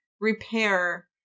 repair